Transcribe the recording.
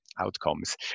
outcomes